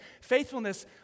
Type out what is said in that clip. faithfulness